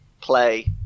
play